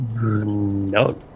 No